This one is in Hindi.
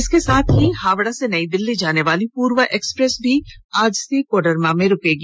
इसके साथ ही हावड़ा से नई दिल्ली जाने वाली पुर्वा एक्सप्रेस भी आज से कोडरमा में रूकेगी